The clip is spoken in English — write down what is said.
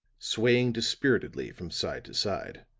swaying dispiritedly from side to side.